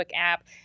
app